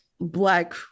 Black